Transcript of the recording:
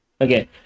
Okay